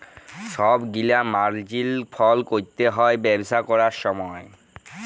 ছব গিলা মার্জিল ফল ক্যরতে হ্যয় ব্যবসা ক্যরার সময়